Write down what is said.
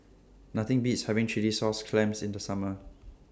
Nothing Beats having Chilli Sauce Clams in The Summer